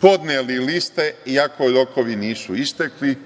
podneli liste, iako rokovi nisu istekli.